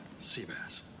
seabass